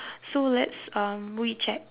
so let's um recheck